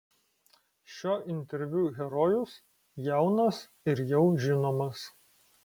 šio interviu herojus jaunas ir jau žinomas